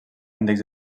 índex